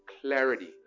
clarity